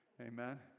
Amen